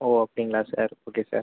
ஓ அப்படிங்களா sir okay sir